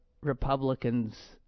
Republicans